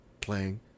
playing